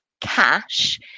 cash